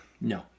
No